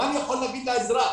מה אני יכול להגיד לאזרח?